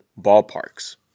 ballparks